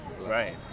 right